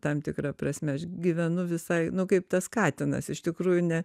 tam tikra prasme aš gyvenu visai nu kaip tas katinas iš tikrųjų ne